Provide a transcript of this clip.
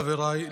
חבריי,